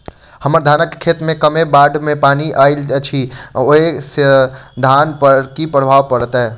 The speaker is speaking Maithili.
हम्मर धानक खेत मे कमे बाढ़ केँ पानि आइल अछि, ओय सँ धान पर की प्रभाव पड़तै?